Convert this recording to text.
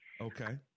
Okay